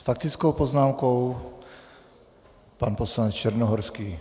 S faktickou poznámkou pan poslanec Černohorský.